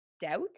doubt